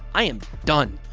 i am done.